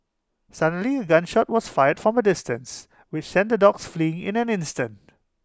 suddenly A gun shot was fired from A distance which sent the dogs fleeing in an instant